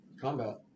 Combat